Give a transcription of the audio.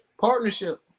Partnership